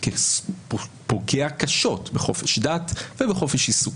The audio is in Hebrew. כפוגע קשות בחופש דת ובחופש עיסוק,